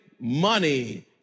money